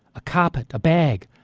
a carpet, a bag,